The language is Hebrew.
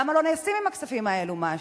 למה לא נעשה עם הכספים האלה משהו?